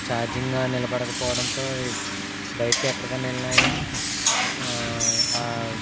charging నిలబడకపోవడంతో బయటకి ఎక్కడికైనా వెళ్ళినా